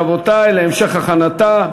רבותי, להמשך הכנתה.